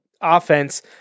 offense